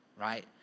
right